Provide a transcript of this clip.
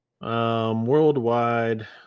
worldwide